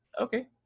okay